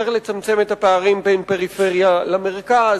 צריך לצמצם את הפערים בין פריפריה למרכז,